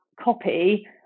copy